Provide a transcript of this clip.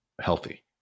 healthy